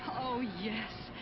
oh, yes.